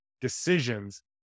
decisions